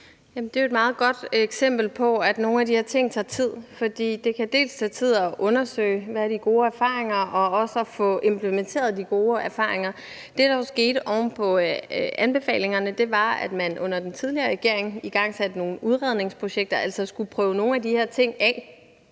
et meget godt eksempel på, at nogle af de her ting tager tid. Det kan dels tage tid at undersøge, hvad de gode erfaringer er, dels at få implementeret de gode erfaringer. Det, der jo skete oven på anbefalingerne, var, at man under den tidligere regering igangsatte nogle udredningsprojekter, altså skulle prøve nogle af de her ting af.